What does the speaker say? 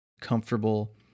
comfortable